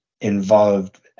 involved